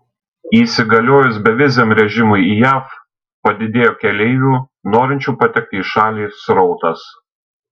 įsigaliojus beviziam režimui į jav padidėjo keleivių norinčių patekti į šalį srautas